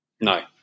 No